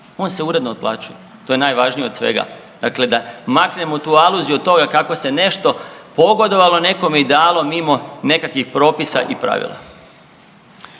on se uredno otplaćuje to je najvažnije od svega. Dakle, da maknemo tu aluziju od toga kako se nešto pogodovalo nekome i dalo mimo nekakvih propisa i pravila.